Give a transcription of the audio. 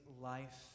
life